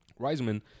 Reisman